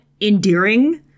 endearing